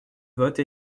vote